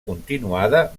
continuada